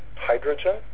hydrogen